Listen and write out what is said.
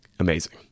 amazing